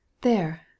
There